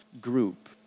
group